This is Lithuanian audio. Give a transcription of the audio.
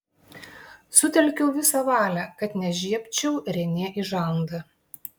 sutelkiau visą valią kad nežiebčiau renė į žandą